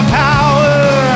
power